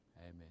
amen